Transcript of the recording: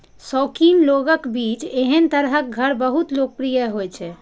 शौकीन लोगक बीच एहन तरहक घर बहुत लोकप्रिय होइ छै